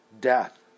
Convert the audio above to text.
death